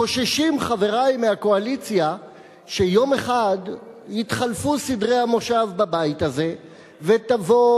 חוששים חברי מהקואליציה שיום אחד יתחלפו סדרי הישיבה בבית הזה ותבוא,